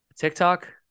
TikTok